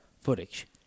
footage